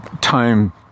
time